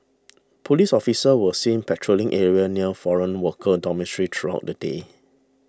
police officers were seen patrolling areas near foreign worker dormitories throughout the day